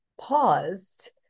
paused